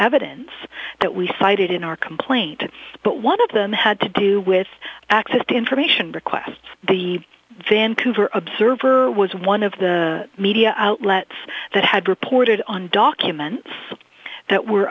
evidence that we cited in our complaint but one of them had to do with access to information requests the vancouver observer was one of the media outlets that had reported on documents that were